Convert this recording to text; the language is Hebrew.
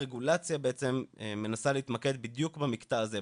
הרגולציה בעצם מנסה להתמקד בדיוק במקטע הזה,